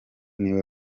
niwe